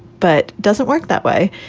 but doesn't work that way.